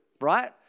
right